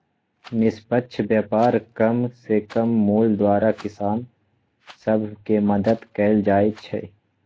निष्पक्ष व्यापार कम से कम मोल द्वारा किसान सभ के मदद कयल जाइ छै